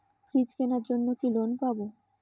Fridge কেনার জন্য কি লোন পাব?